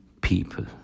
people